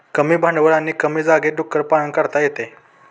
कमी भांडवल आणि कमी जागेत डुक्कर पालन करता येते